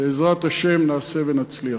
בעזרת השם נעשה ונצליח.